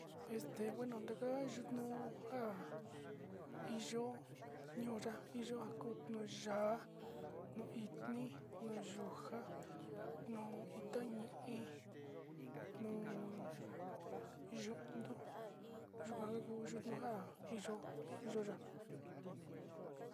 Este bueno ndaka'a yutnu ha iin yo'ó ñió yavi yua kodno ya'á nó idni no yunja no ita ñíí nó yondó yuanuju yunuja iin yo'ó iin yo'ó ya'á.